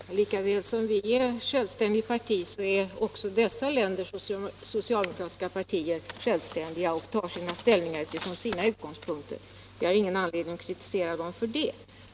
Herr talman! Lika väl som vi är ett självständigt parti är också dessa länders socialdemokratiska partier självständiga och tar ställning utifrån sina utgångspunkter. Vi har ingen anledning att kritisera dem för det.